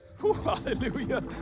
Hallelujah